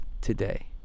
today